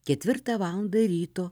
ketvirtą valandą ryto